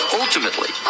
ultimately